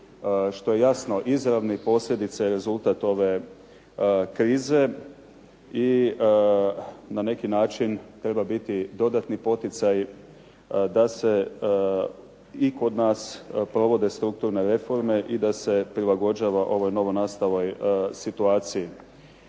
što je jasno izravna posljedica i rezultat ove krize i na neki način treba biti dodatni poticaj da se i kod nas provode strukturne reforme i da se prilagođava ovoj novonastaloj situaciji.